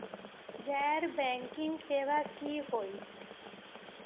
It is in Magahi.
गैर बैंकिंग सेवा की होई?